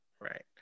Right